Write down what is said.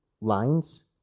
lines